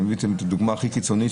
אני מביא את הדוגמה הכי קיצונית,